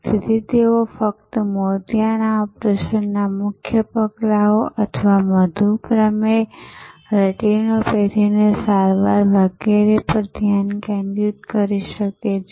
તેથી તેઓ ફક્ત મોતિયાના ઓપરેશનના મુખ્ય પગલાઓ અથવા મધુપ્રમેહ રેટિનોપેથીની સારવાર વગેરે પર ધ્યાન કેન્દ્રિત કરી શકે છે